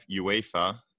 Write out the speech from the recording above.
UEFA